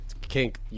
kink